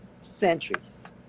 centuries